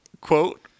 Quote